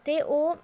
ਅਤੇ ਉਹ